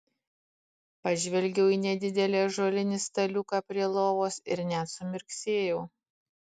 pažvelgiau į nedidelį ąžuolinį staliuką prie lovos ir net sumirksėjau